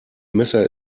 messer